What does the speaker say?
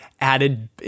added